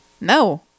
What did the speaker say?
no